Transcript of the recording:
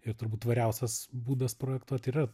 ir turbūt tvariausias būdas projektuot yra